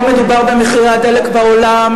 לא מדובר במחירי הדלק בעולם,